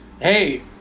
hey